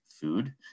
food